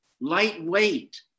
lightweight